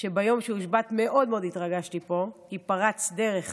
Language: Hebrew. שביום שהושבעת מאוד מאוד התרגשתי פה, כי פרצת דרך